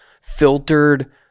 filtered